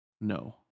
No